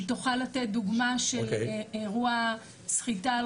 היא תוכל לתת דוגמא של אירוע סחיטה על